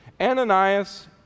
Ananias